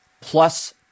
plus